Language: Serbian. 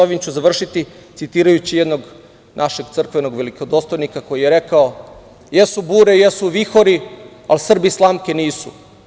Ovim ću završiti, citirajući jednog našeg crkvenog velikodostojnika koji je rekao: „Jesu bure, jesu vihori, ali Srbi slamke nisu.